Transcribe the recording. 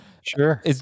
Sure